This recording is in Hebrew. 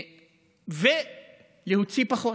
ולהוציא פחות,